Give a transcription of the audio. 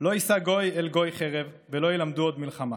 לא ישא גוי אל גוי חרב ולא ילמדו עוד מלחמה".